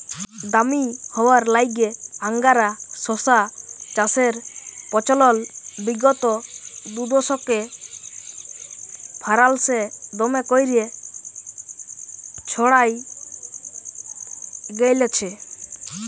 দামি হউয়ার ল্যাইগে আংগারা শশা চাষের পচলল বিগত দুদশকে ফারাল্সে দমে ক্যইরে ছইড়ায় গেঁইলছে